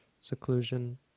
seclusion